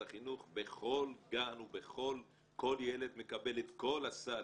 החינוך בכל גן וכל ילד מקבל את כל הסל,